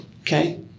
Okay